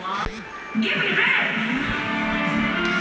నా ఫండ్ బదిలీ నా ఖాతాకు తిరిగచ్చింది